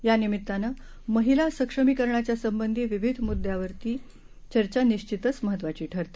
यानिमीत्तानं महिला सक्षमीकरणाच्या संबंधी विविध मुद्यांवरची चर्चा निश्वितच महत्वाची ठरते